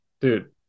dude